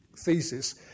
thesis